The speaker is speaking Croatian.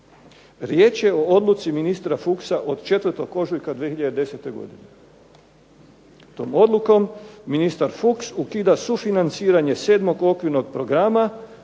Riječ je o odluci ministra Fuchsa od 4. ožujka 2010. godine. Tom odlukom ministar Fuchs ukida sufinanciranje 7. okvirnog programa